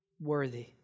worthy